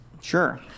sure